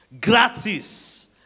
gratis